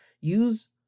use